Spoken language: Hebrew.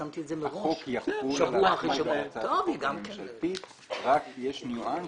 החוק יחול לפי הצעת החוק הממשלתית אלא שיש ניואנס